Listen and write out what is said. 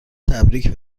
تبریک